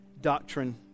doctrine